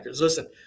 Listen